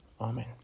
Amen